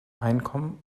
einkommen